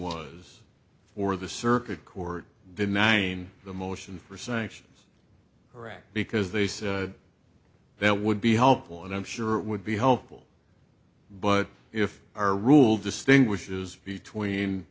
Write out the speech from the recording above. was for the circuit court did nine the motion for sanctions iraq because they said that would be helpful and i'm sure it would be helpful but if our rule distinguishes between